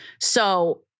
So-